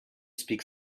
speak